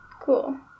Cool